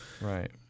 Right